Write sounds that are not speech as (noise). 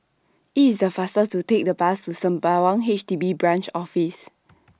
IT IS The faster to Take The Bus to Sembawang H D B Branch Office (noise)